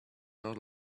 not